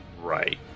right